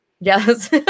Yes